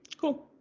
cool